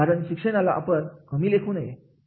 कारण शिक्षणाला आपण कमी लेखू शकत नाही